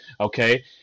Okay